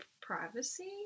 privacy